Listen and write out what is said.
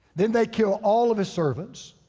then they kill all of his servants.